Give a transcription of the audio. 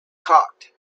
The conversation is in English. cocked